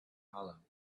hollow